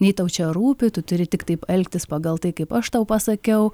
nei tau čia rūpi tu turi tik taip elgtis pagal tai kaip aš tau pasakiau